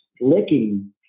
licking